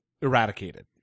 eradicated